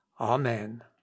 Amen